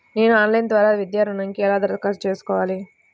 నేను ఆన్లైన్ ద్వారా విద్యా ఋణంకి ఎలా దరఖాస్తు చేసుకోవాలి?